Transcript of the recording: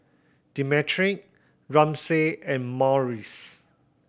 Demetric Ramsey and Maurice